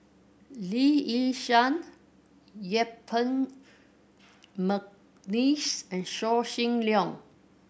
Lee Yi Shyan Yuen Peng McNeice and Yaw Shin Leong